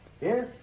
Yes